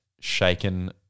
shaken